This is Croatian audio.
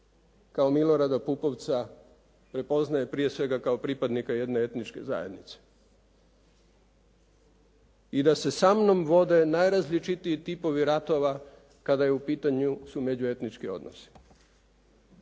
kao Milorada Pupovca prepoznaje prije svega kao pripadnika jedne etničke zajednice i da se samnom vode najrazličitiji tipovi ratova kada su u pitanju međuetnički odnosi.